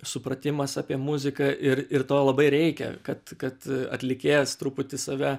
supratimas apie muziką ir ir to labai reikia kad kad atlikėjas truputį save